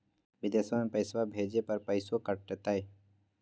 बिदेशवा मे पैसवा भेजे पर पैसों कट तय?